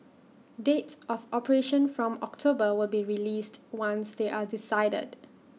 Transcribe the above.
dates of operation from October will be released once they are decided